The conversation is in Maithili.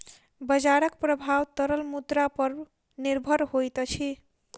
बजारक प्रभाव तरल मुद्रा पर निर्भर होइत अछि